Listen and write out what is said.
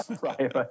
right